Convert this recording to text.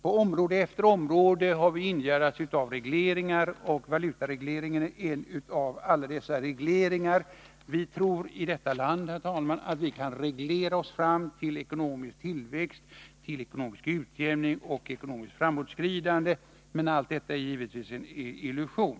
På område efter område omgärdas vi av regleringar, och valutaregleringen är en av dem. Vi i detta land tror att vi kan reglera oss fram till ekonomisk tillväxt, till ekonomisk utjämning och ekonomiskt framåtskridande. Men allt detta är givetvis en illusion.